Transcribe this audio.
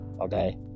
okay